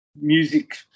music